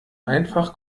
einfach